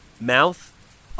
mouth